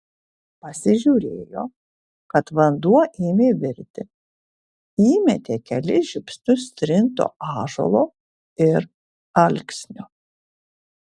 pasižiūrėjo kad vanduo ėmė virti įmetė kelis žiupsnius trinto ąžuolo ir alksnio